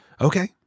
Okay